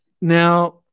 Now